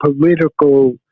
political